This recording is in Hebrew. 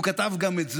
הוא כתב גם את זה: